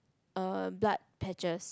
a blood patches